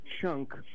chunk